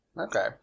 Okay